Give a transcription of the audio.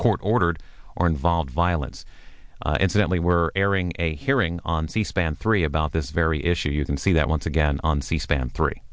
court ordered or involved violence incidentally were airing a hearing on c span three about this very issue you can see that once again on c span three